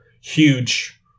huge